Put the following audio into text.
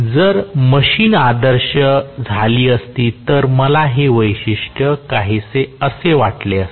जर मशीन आदर्श झाली असती तर मला हे वैशिष्ट्य काहीसे असे वाटले असते